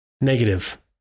negative